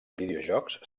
videojocs